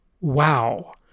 Wow